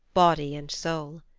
body and soul.